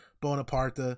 Bonaparte